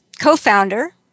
co-founder